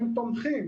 הם תומכים